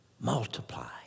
multiply